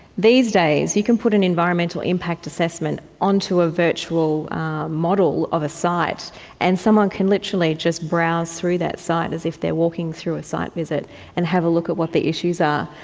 these days you can put an environmental impact assessment onto a virtual model of a site and someone can literally just browse through that site as if they are walking through a site visit and have a look at what the issues are.